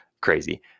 crazy